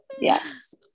yes